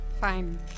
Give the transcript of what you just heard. Fine